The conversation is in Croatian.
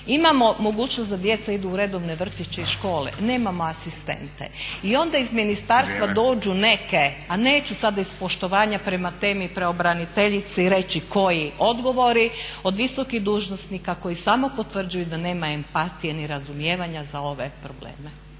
Imamo mogućnost da djeca idu u redovne vrtiće i škole, nemamo asistente. I onda iz ministarstva dođu neke … …/Upadica Stazić: Vrijeme./… … a neću sad iz poštovanja prema temi pravobraniteljice i reći koji odgovori od visokih dužnosnika koji samo potvrđuju da nema empatije ni razumijevanja za ove probleme.